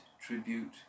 tribute